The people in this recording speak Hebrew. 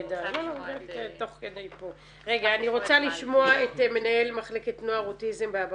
אני רוצה לשמוע את --- אני רוצה לשמוע